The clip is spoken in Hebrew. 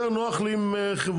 יותר נוח לי עם חברות,